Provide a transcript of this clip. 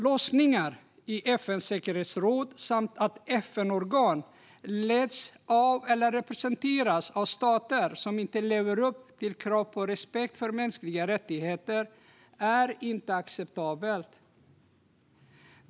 Låsningar i FN:s säkerhetsråd samt att FN-organ leds eller representeras av stater som inte lever upp till krav på respekt för mänskliga rättigheter är inte acceptabelt.